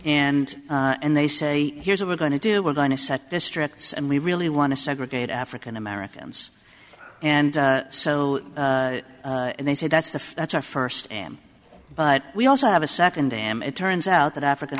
and and they say here's what we're going to do we're going to set districts and we really want to segregate african americans and so they said that's the that's our first am but we also have a second dam it turns out that african